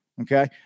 Okay